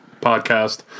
podcast